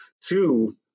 two